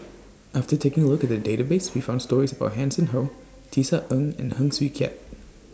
after taking A Look At The Database We found stories about Hanson Ho Tisa Ng and Heng Swee Keat